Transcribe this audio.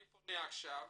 אני פונה עכשיו